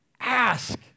ask